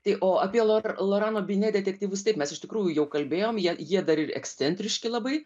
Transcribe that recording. tai o apie lora lorano bine detektyvus taip mes iš tikrųjų jau kalbėjom jie jie dar ir ekscentriški labai